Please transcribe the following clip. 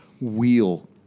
wheel